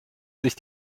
sich